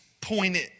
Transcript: pointed